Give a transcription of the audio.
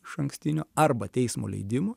išankstinio arba teismo leidimo